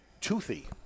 toothy